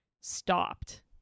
stopped